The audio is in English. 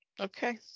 Okay